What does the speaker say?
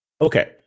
Okay